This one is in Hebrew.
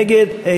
נגד,